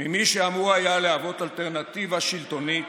ממי שאמור היה להיות אלטרנטיבה שלטונית